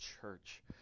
church